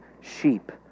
sheep